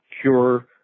cure